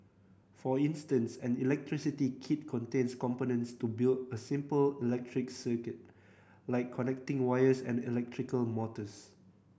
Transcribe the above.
for instance an electricity kit contains components to build a simple electric circuit like connecting wires and electrical motors